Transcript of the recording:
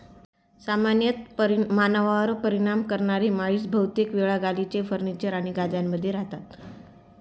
सामान्यतः मानवांवर परिणाम करणारे माइटस बहुतेक वेळा गालिचे, फर्निचर आणि गाद्यांमध्ये रहातात